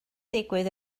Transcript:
digwydd